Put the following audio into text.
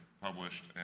published